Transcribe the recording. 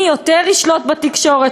מי יותר ישלוט בתקשורת.